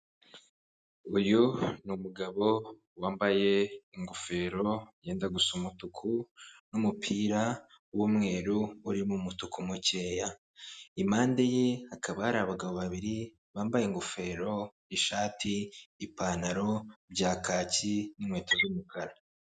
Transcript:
Uyu ni umugabo wambaye ingofero yenda gusa umutuku n'umupira w'umweru urimo umutuku mukeya, impande ye hakaba hari abagabo babiri bambaye ingofero, ishati, ipantaro bya kaki n'inkweto z'umukara.